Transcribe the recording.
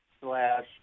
slash